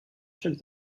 check